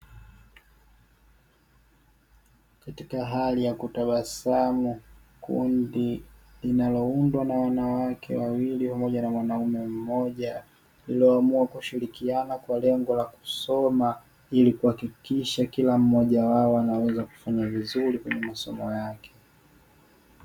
Katika hali ya kutabasamu kundi linalo undwa na wanawake wawili, pamoja na mwanaume mmoja. Walio amua kushirikiana kwa lengo la kusoma, ili kuhakikisha kila mmoja wao, anaweza kufanya vizuri kwenye masomo yake.